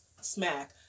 smack